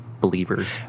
believers